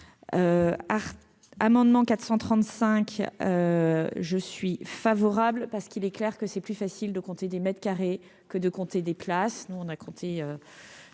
amendement 435 je suis favorable, parce qu'il est clair que c'est plus facile de compter des mètres carrés que de compter des places, nous, on a compté